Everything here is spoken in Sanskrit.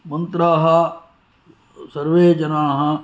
मन्त्राः सर्वे जनाः